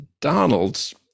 Donald's